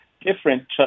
different